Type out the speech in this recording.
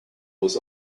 was